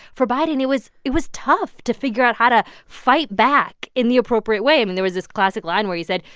for biden, it was it was tough to figure out how to fight back in the appropriate way and and there was this classic line where he said,